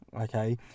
okay